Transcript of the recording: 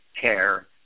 care